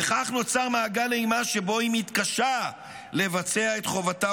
וכך נוצר מעגל אימה שבו היא מתקשה לבצע את חובתה